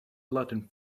latin